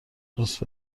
خواست